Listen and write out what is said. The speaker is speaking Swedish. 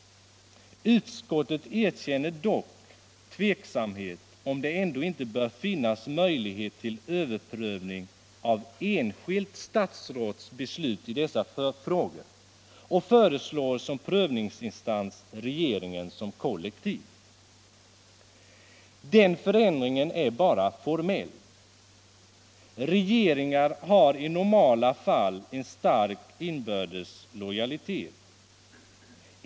Utskottet erkänner dock tveksamhet om det ändå inte bör finnas möjlighet till överprövning av enskilt statsråds beslut i dessa frågor och föreslår som prövningsinstans regeringen som kollektiv. Den förändringen är bara formell. Regeringar har i normala fall en stark inbördes lojalitet.